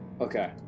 Okay